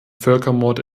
völkermord